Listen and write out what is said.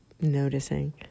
noticing